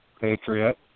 Patriot